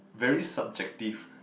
very subjective